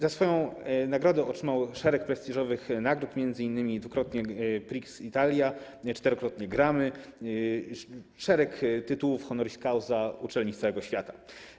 Za swoją muzykę otrzymał szereg prestiżowych nagród, m.in. dwukrotnie Prix Italia, czterokrotnie Grammy, szereg tytułów Honoris Causa uczelni z całego świata.